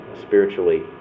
spiritually